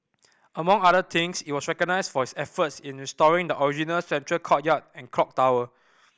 among other things it was recognised for its efforts in restoring the original central courtyard and clock tower